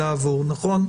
נכון?